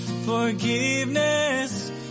forgiveness